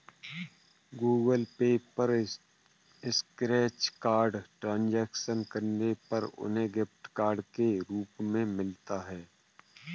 Google Pay पर scratch card transaction करने पर उन्हें गिफ्ट कार्ड के रूप में मिलता है